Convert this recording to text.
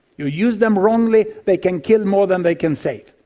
you use them wrongly, they can kill more than they can save.